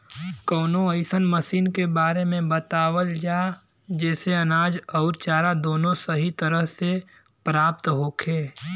कवनो अइसन मशीन के बारे में बतावल जा जेसे अनाज अउर चारा दोनों सही तरह से प्राप्त होखे?